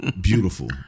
Beautiful